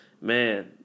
man